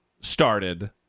started